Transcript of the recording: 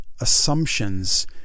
assumptions